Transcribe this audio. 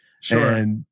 Sure